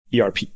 ERP